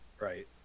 Right